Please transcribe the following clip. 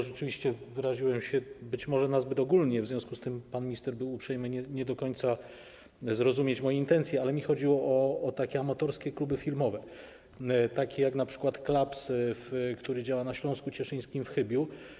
Rzeczywiście wyraziłem się być może nazbyt ogólnie, w związku z tym pan minister był uprzejmy nie do końca zrozumieć moje intencje, ale mi chodziło o amatorskie kluby filmowe, takie jak np. Klaps, który działa na Śląsku Cieszyńskim w Chybiu.